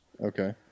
Okay